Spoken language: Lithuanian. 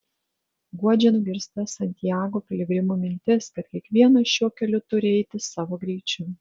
guodžia nugirsta santiago piligrimų mintis kad kiekvienas šiuo keliu turi eiti savo greičiu